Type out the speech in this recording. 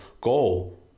goal